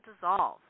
dissolve